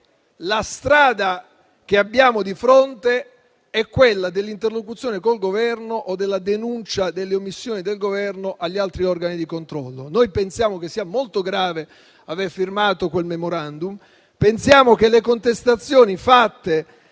la strada che abbiamo di fronte è quella dell'interlocuzione con il Governo o della denuncia delle omissioni del Governo agli altri organi di controllo. Noi pensiamo che sia molto grave aver firmato quel *memorandum*. Ricordiamo le contestazioni fatte